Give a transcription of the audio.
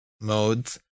modes